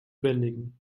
bändigen